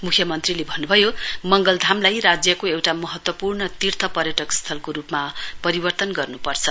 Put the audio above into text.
मुख्यमन्त्रीले भन्नुभयो मंगलधामलाई राज्यको एउटा महत्त्वपूणर् तीर्थ पर्यटक स्थलको रूपमा परिवर्तन गर्नपर्छ